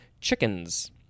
chickens